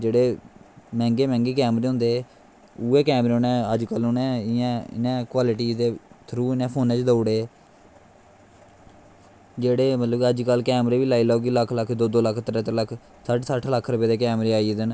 जेह्ड़े मैंह्गे मैंह्गे कैमरे होंदे हे उऐ कमैरे अज कल उनैं कवालटी दा थ्रू इयां फोनैं च देई ओड़े दे जेह्ड़े मतलव कि अज कल लाई लैओ लख लख दो दो त्रै त्रै लक्ख दे सट्ठ सट्ठ लक्ख रपे दे कैमरे आई गेदे न